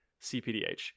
cpdh